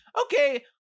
okay